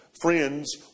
friends